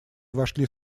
вошли